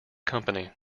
company